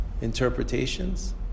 interpretations